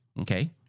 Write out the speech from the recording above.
Okay